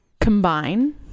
Combine